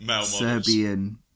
Serbian